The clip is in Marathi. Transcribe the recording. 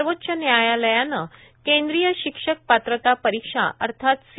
सर्वोच्च न्यायालयानं केंद्रीय शिक्षक पात्रता परीक्षा अर्थात सी